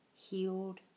healed